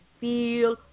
feel